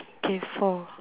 okay four